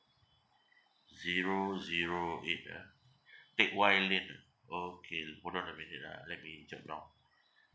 zero zero eight ah teck whye lane ah okay l~ hold on a minute ah let me jot down